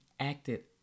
acted